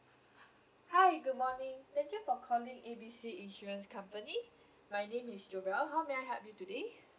hi good morning thank you for calling A B C insurance company my name is jovelle how may I help you today